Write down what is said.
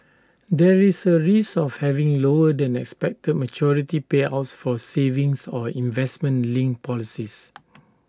there is A risk of having lower than expected maturity payouts for savings or investment linked policies